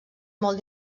molt